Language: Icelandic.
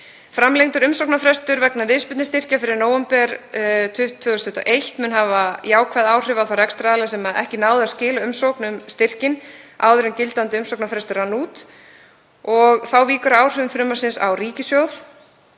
Framlengdur umsóknarfrestur vegna viðspyrnustyrkja fyrir nóvember 2021 mun hafa jákvæð áhrif á þá rekstraraðila sem ekki náðu að skila umsókn um styrkinn áður en gildandi umsóknarfrestur rann út. Þá vík ég að áhrifum frumvarpsins á ríkissjóð.